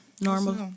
normal